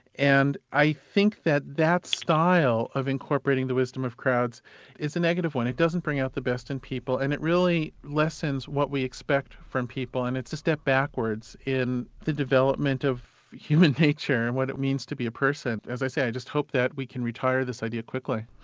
and i think that that style of incorporating the wisdom of crowds is the negative one it doesn't bring out the best in people, and it really lessens what we expect from people, and it's a step backwards in the development of human nature and what it means to be a person. as i say, i just hope that we can retire this idea quickly.